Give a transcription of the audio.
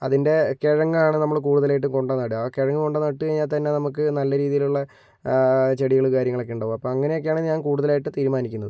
അതിൻ്റെ കിഴങ്ങാണ് നമ്മൾ കൂടുതലായിട്ടും കൊണ്ടുനടുക ആ കിഴങ്ങുകൊണ്ട് നട്ടുകഴിഞ്ഞാൽ തന്നെ നമുക്ക് നല്ല രീതിയിലുള്ള ചെടികൾ കാര്യങ്ങളൊക്കെ ഉണ്ടാവും അപ്പോൾ അങ്ങനെയൊക്കെ ആണ് ഞാൻ കൂടുതലായിട്ട് തീരുമാനിക്കുന്നത്